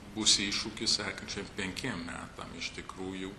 bus iššūkis sekančiem penkiem metam iš tikrųjų